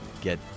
get